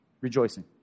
rejoicing